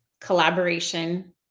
collaboration